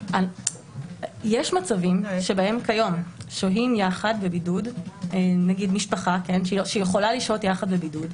יש מצבים שבהם כיום שוהים יחד בבידוד משפחה שיכולה להשהות יחד בבידוד.